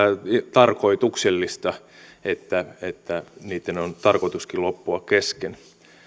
tarkoituksellista että niitten on tarkoituskin loppua kesken